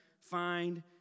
find